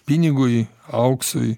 pinigui auksui